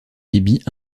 débit